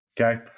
okay